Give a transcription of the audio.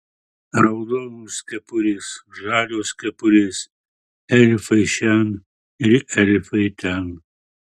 raudonos kepurės žalios kepurės elfai šen ir elfai ten